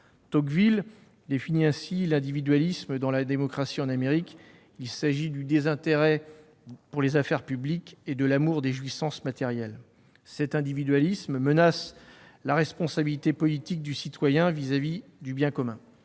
Tocqueville définit ainsi l'individualisme dans : il s'agit du « désintérêt pour les affaires publiques » et de « l'amour des jouissances matérielles ». Cet individualisme menace la responsabilité politique du citoyen à l'égard du bien commun.